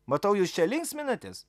matau jūs čia linksminatės